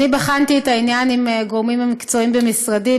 בחנתי את העניין עם הגורמים המקצועיים במשרדי,